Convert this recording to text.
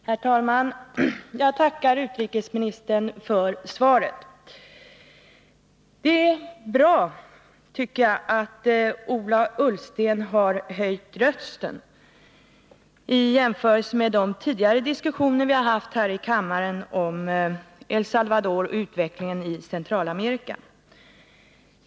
Herr talman! Jag tackar utrikesministern för svaret. Det är bra, tycker jag, att Ola Ullsten har höjt rösten i jämförelse med tonläget i de tidigare diskussioner vi har haft i kammaren om El Salvador och utvecklingen i Centralamerika.